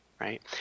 right